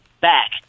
back